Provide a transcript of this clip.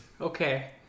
Okay